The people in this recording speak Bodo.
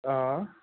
अह